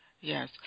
Yes